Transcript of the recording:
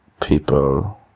people